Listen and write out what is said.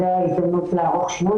זו ההזדמנות לערוך שינוי,